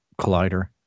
Collider